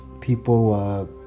people